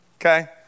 okay